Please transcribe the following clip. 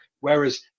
Whereas